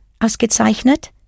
ausgezeichnet